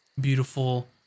Beautiful